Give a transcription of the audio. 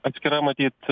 atskira matyt